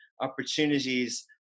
opportunities